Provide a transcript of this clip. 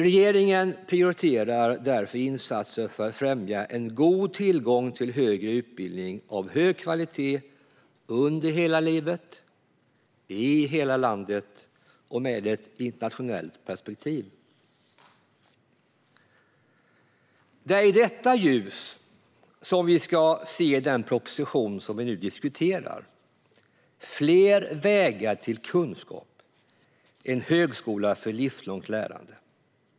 Regeringen prioriterar därför insatser för att främja en god tillgång till högre utbildning av hög kvalitet under hela livet, i hela landet och med ett internationellt perspektiv. Det är i detta ljus vi ska se den proposition som vi nu diskuterar, Fler vägar till kunskap - en högskola för livslångt lärande .